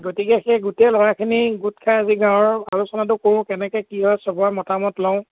গতিকে সেই গোটেই ল'ৰাখিনি গোট খাই আজি গাঁৱৰ আলোচনাটো কৰোঁ কেনেকৈ কি হয় চবৰে মতামত লওঁ